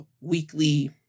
weekly